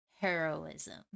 Heroism